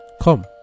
Come